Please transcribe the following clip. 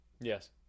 yes